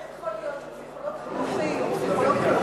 איך יכול להיות שפסיכולוג חינוכי יתחיל